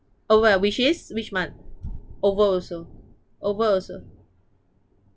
oh well which is which month over also over also